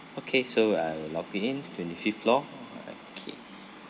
okay so I will lock it in t~ twenty fifth floor alright okay